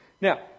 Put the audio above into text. Now